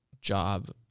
job